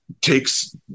takes